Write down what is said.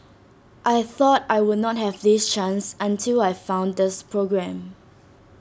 I thought I would not have this chance until I found this programme